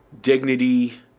dignity